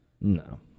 No